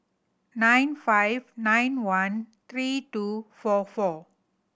nine five nine one three two four four